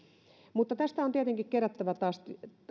mutta tästä on tietenkin kerättävä taas